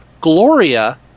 Gloria